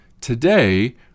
Today